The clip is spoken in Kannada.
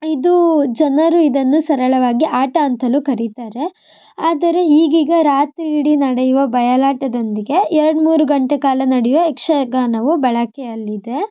ಇದು ಜನರು ಇದನ್ನು ಸರಳವಾಗಿ ಆಟ ಅಂತಲೂ ಕರೀತಾರೆ ಆದರೆ ಈಗೀಗ ರಾತ್ರಿ ಇಡೀ ನಡೆಯುವ ಬಯಲಾಟದೊಂದಿಗೆ ಎರಡು ಮೂರು ಗಂಟೆ ಕಾಲ ನಡೆಯುವ ಯಕ್ಷಗಾನವು ಬಳಕೆಯಲ್ಲಿದೆ